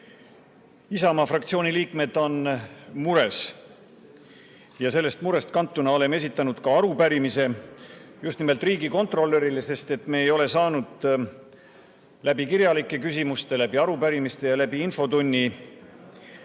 Isamaa fraktsiooni liikmed on mures ja sellest murest kantuna oleme esitanud arupärimise just nimelt riigikontrolörile, sest me ei ole saanud kirjalike küsimuste, arupärimiste ja infotunni